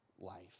life